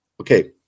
okay